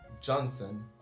Johnson